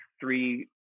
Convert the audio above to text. three